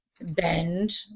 bend